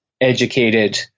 educated